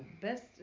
best